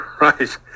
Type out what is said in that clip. right